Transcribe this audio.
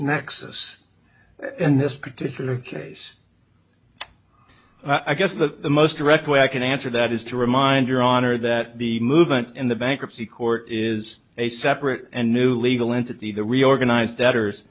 nexus in this particular case i guess the most direct way i can answer that is to remind your honor that the movement in the bankruptcy court is a separate and new legal entity the reorganized debtors